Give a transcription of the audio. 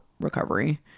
recovery